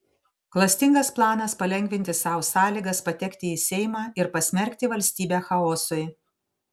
klastingas planas palengvinti sau sąlygas patekti į seimą ir pasmerkti valstybę chaosui